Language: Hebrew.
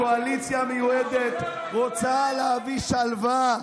הקואליציה המיועדת רוצה להביא שלווה,